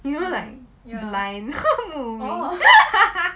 you know like you blind 目冥